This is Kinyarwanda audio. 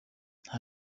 nta